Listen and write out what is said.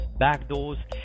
backdoors